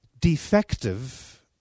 defective